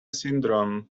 syndrome